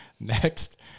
Next